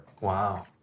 Wow